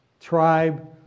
tribe